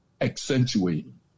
accentuating